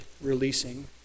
releasing